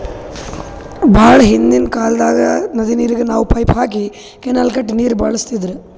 ಭಾಳ್ ಹಿಂದ್ಕಿನ್ ಕಾಲ್ದಾಗ್ ನದಿ ನೀರಿಗ್ ನಾವ್ ಪೈಪ್ ಹಾಕಿ ಕೆನಾಲ್ ಕಟ್ಟಿ ನೀರ್ ಬಳಸ್ತಿದ್ರು